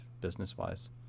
business-wise